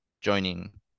joining